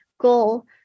goal